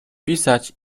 pisać